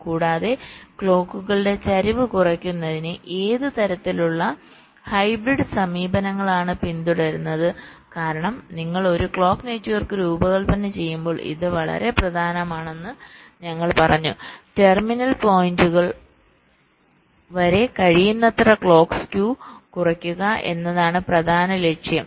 കൂടാതെ ക്ലോക്കുകളുടെ ചരിവ് കുറയ്ക്കുന്നതിന് ഏത് തരത്തിലുള്ള ഹൈബ്രിഡ് സമീപനങ്ങളാണ് പിന്തുടരുന്നത് കാരണം നിങ്ങൾ ഒരു ക്ലോക്ക് നെറ്റ്വർക്ക് രൂപകൽപ്പന ചെയ്യുമ്പോൾ ഇത് വളരെ പ്രധാനമാണെന്ന് ഞങ്ങൾ പറഞ്ഞു ടെർമിനൽ പോയിന്റുകൾ വരെ കഴിയുന്നത്ര ക്ലോക്ക് സ്ക്യൂ കുറയ്ക്കുക എന്നതാണ് പ്രധാന ലക്ഷ്യം